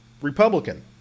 republican